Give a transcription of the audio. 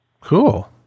Cool